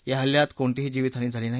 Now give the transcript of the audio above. या हल्ल्यात कोणतीही जीवित हानी झाली नाही